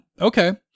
Okay